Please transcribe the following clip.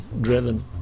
driven